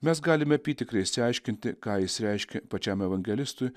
mes galime apytikriai išsiaiškinti ką jis reiškia pačiam evangelistui